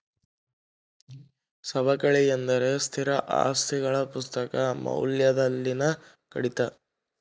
ಸವಕಳಿ ಎಂದರೆ ಸ್ಥಿರ ಆಸ್ತಿಗಳ ಪುಸ್ತಕ ಮೌಲ್ಯದಲ್ಲಿನ ಕಡಿತ